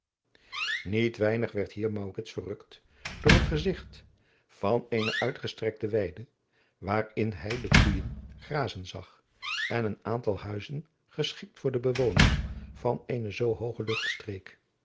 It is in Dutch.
niet weinig werd hier maurits verrukt door het gezigt van eene uitgestrekte weide waarin hij de koeijen grazen zag en een aantal huizen geschikt voor de bewoners van eene zoo hooge